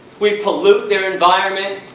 we pollute their environment.